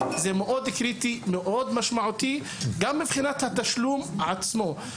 זה קריטי ומשמעותי וגם מבחינת התשלום עצמו.